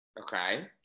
Okay